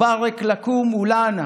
תבורכו אתם ואנחנו.